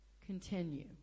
continue